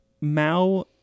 mao